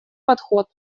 подход